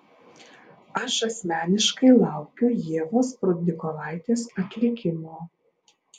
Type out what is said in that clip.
aš asmeniškai laukiu ievos prudnikovaitės atlikimo